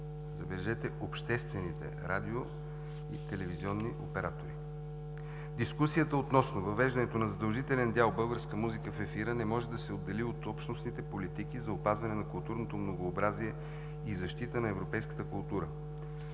забележете, обществените радио- и телевизионни оператори. Дискусията относно въвеждането на задължителен дял българска музика в ефира не може да се отдели от общностните политики за опазване на културното многообразие и защита на европейската култура.